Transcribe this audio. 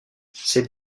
ses